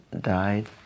died